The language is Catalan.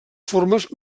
formes